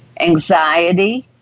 anxiety